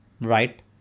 Right